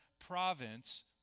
province